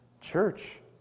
church